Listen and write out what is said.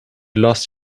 lost